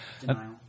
denial